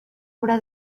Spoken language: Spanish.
obra